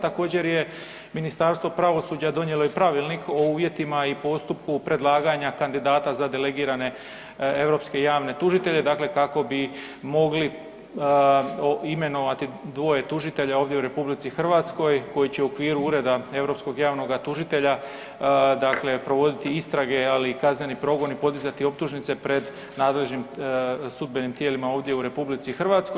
Također je Ministarstvo pravosuđa donijelo i Pravilnik o uvjetima i postupku predlaganja kandidata za delegirane europske javne tužitelje, dakle, kako bi mogli imenovati dvoje tužitelja ovdje u RH koji će u okviru Ureda europskog javnog tužitelja dakle provoditi istrage, ali i kazneni progon i podizati optužnice pred nadležnim sudbenim tijelima ovdje u RH.